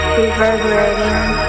reverberating